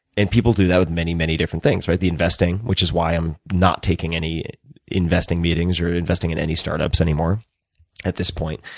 and people do that with many, many different things. the investing, which is why i'm not taking any investing meetings or ah investing in any startups anymore at this point.